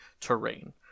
terrain